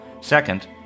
Second